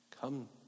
come